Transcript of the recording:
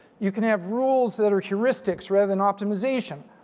you can have rules that are heuristics rather than optimization.